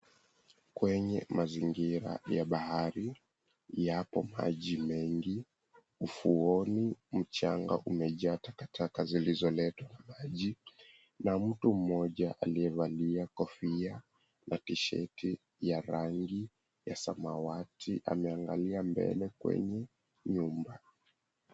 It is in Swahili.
Kwenye mazingira ya bahari yapo maji mengi, ufuoni na mchanga umejaa takataka zilizoletwa na maji na mtu mmoja aliyevalia kofia na tisheti ya rangi ya samawati ameangalia mbele kwenye nyumba.